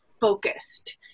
focused